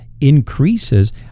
increases